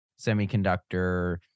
semiconductor